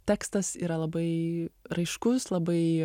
tekstas yra labai raiškus labai